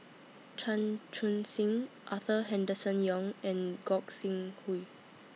Chan Chun Sing Arthur Henderson Young and Gog Sing Hooi